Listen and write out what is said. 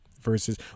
versus